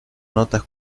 notas